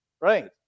right